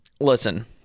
listen